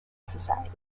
society